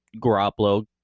Garoppolo